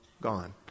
gone